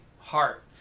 heart